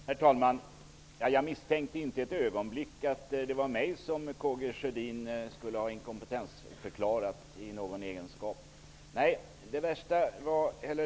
Herr talman! Jag misstänkte inte ett ögonblick att det var mig som K G Sjödin inkompetensförklarade.